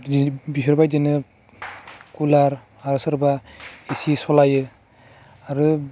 दिलिब बेफोरबायदिनो कुलार आरो सोरबा एसि सालायो आरो